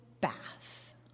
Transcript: bath